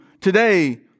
today